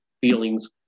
feelings